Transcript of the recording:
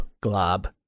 Glob